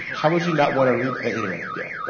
how would you not want to read? anyway, yeah